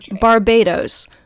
Barbados